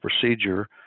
procedure